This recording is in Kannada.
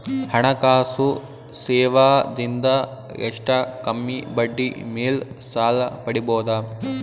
ಹಣಕಾಸು ಸೇವಾ ದಿಂದ ಎಷ್ಟ ಕಮ್ಮಿಬಡ್ಡಿ ಮೇಲ್ ಸಾಲ ಪಡಿಬೋದ?